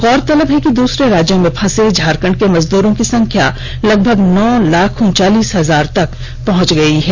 गौरतलब है कि दूसरे राज्यों में फंसे झारखंड के मजूदरों की संख्या लगभग नौ लाख उनचालीस हजार तक पहुंच गई है